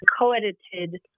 co-edited